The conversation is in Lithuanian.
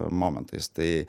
momentais tai